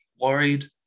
worried